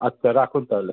আচ্ছা রাখুন তাহলে